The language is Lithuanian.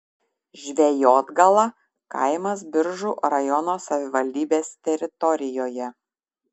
žvejotgala kaimas biržų rajono savivaldybės teritorijoje